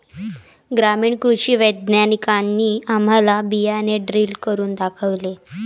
ग्रामीण कृषी वैज्ञानिकांनी आम्हाला बियाणे ड्रिल करून दाखवले